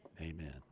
Amen